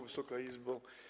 Wysoka Izbo!